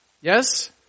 Yes